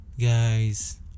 guys